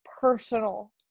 personal